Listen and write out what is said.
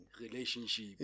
Relationship